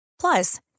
Plus